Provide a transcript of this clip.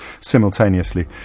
simultaneously